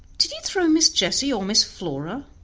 did you throw miss jessie or miss flora?